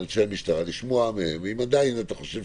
לשמוע מהם, ואם אתה עדיין חושב